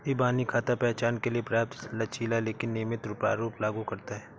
इबानी खाता पहचान के लिए पर्याप्त लचीला लेकिन नियमित प्रारूप लागू करता है